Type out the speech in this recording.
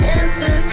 answer